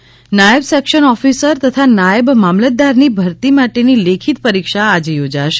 પરીક્ષા નાયબ section officer તથા નાયબ મામલતદારની ભરતી માટેની લેખીત પરીક્ષા આજે યોજાશે